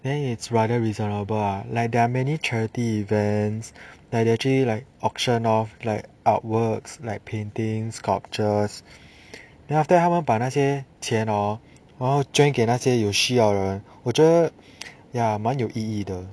then it's rather reasonable ah like there are many charity events actually like auction of like artworks like paintings sculptures then after that 他们把那些钱 hor 然后捐给那些有需要的人我觉得 ya 蛮有意义的